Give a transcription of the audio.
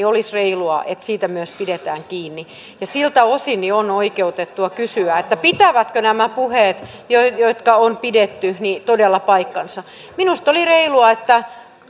olisi reilua että siitä mitä ihmisille luvataan myös pidetään kiinni siltä osin on oikeutettua kysyä pitävätkö nämä puheet jotka on pidetty todella paikkansa minusta oli reilua että